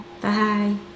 Bye